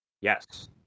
Yes